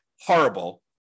horrible